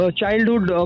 childhood